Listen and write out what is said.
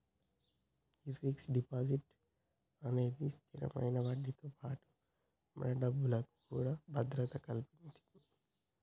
గే fix deposit అన్నది స్థిరమైన వడ్డీతో పాటుగా మన డబ్బుకు కూడా భద్రత కల్పితది